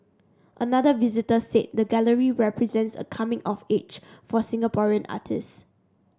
another visitor said the gallery represents a coming of age for Singaporean artists